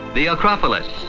the acropolis,